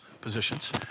positions